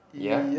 yeah